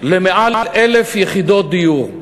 למעל 1,000 יחידות דיור.